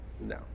No